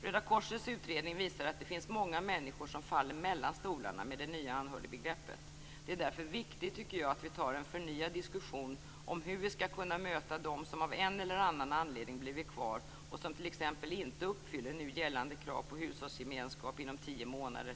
Röda korsets utredning visar att det finns många människor som faller mellan stolarna med det nya anhörigbegreppet. Det är därför viktigt, tycker jag, att vi tar en förnyad diskussion om hur vi skall kunna möta dem som av en eller annan anledning blivit kvar och som t.ex. inte uppfyller nu gällande krav på hushållsgemenskap inom tio månader.